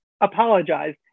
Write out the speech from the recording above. apologize